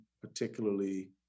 particularly